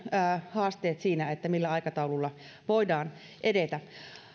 haasteet siinä millä aikataululla voidaan edetä